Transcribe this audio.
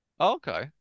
Okay